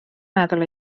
meddwl